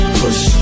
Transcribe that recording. push